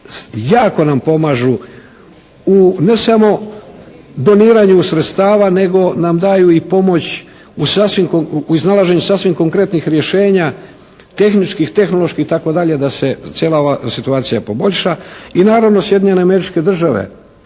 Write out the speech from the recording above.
jako nam pomažu u ne samo doniranju sredstava nego nam daju i pomoć u iznalaženju sasvim konkretnih rješenja, tehničkih, tehnoloških itd. da se cijela ova situacija poboljša. I naravno Sjedinjenje Američke Države